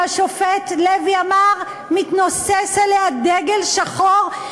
שהשופט הלוי אמר: מתנוסס מעליה דגל שחור,